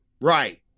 Right